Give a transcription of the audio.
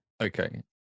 Okay